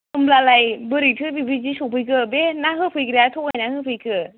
होमब्लालाय बोरैथो बिदि सफैखो बे ना होफैग्राया थगायनानै होफैखो